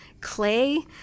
Clay